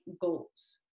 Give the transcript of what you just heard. goals